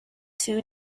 two